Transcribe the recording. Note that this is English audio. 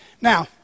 Now